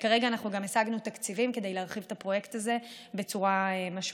כרגע אנחנו גם השגנו תקציבים כדי להרחיב את הפרויקט הזה בצורה משמעותית.